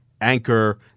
anchor